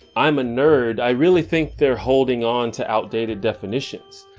i'm a nerd. i really think they're holding on to outdated definitions.